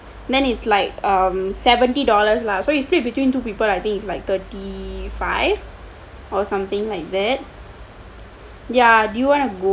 then it's like um seventy dollars lah so you split between two people is like thirty five or something like that ya do you want to go